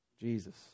Jesus